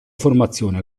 formazione